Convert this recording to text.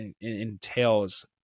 entails